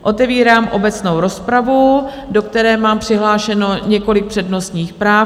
Otevírám obecnou rozpravu, do které mám přihlášeno několik přednostních práv.